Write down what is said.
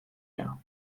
air